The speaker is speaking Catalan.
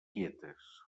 quietes